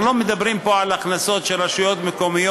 אנחנו לא מדברים פה על הכנסות של רשויות מקומיות,